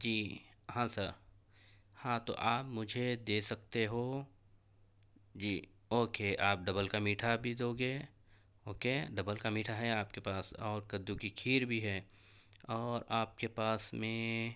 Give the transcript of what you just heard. جی ہاں سر ہاں تو آپ مجھے دے سکتے ہو جی اوکے آپ ڈبل کا میٹھا بھی دوگے اوکے ڈبل کا میٹھا ہے آپ کے پاس اور کدو کی کھیر بھی ہے اور آپ کے پاس میں